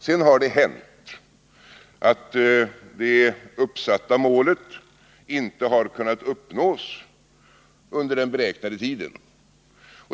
Sedan har det hänt att det uppsatta målet inte har kunnat uppnås under den beräknade tiden.